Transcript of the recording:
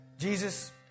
Jesus